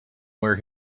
where